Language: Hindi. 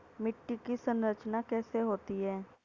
मिट्टी की संरचना कैसे होती है?